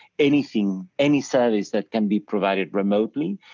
anything, any service that can be provided remotely,